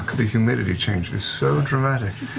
the humidity change is so dramatic.